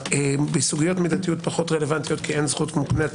בסוגיות מידתיות פחות רלוונטיות כי אין זכות מוקנית